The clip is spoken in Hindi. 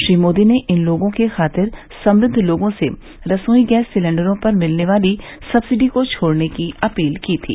श्री मोदी ने इन लोगों की खातिर समृद्व लोगों से रसोई गैस सिलेंडरों पर मिलने वाली सक्सिडी को छोड़ने की अपील की थी